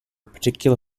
particular